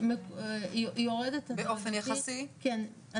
בעוד שההצמדה של השכר הממוצע היא כן שנתית.